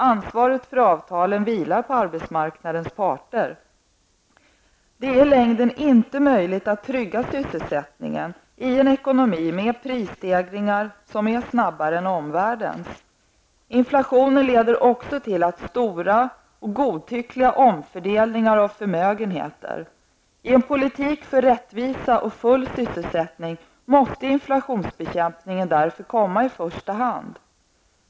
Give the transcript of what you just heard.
Ansvaret för avtalen vilar på arbetsmarknadens parter. Det är i längden inte möjligt att trygga sysselsättningen i en ekonomi med prisstegringar, som är snabbare än omvärldens. Inflationen leder också till stora och godtyckliga omfördelningar av förmögenheter. I en politik för rättvis och full sysselsättning måste inflationsbekämpningen därför komma i första hand.